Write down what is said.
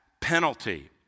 penalty